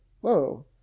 Whoa